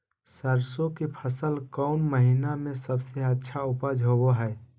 सरसों के फसल कौन महीना में सबसे अच्छा उपज होबो हय?